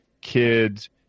kids